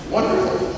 Wonderful